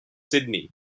sydney